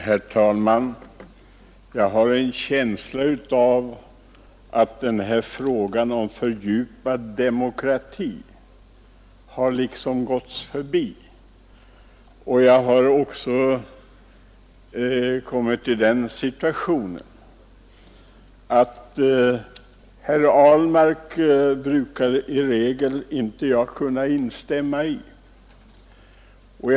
Herr talman! Jag har en känsla av att frågan om hur demokratin skall kunna fördjupas har förbigåtts. Jag kan i regel inte instämma med herr Ahlmark.